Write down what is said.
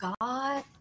God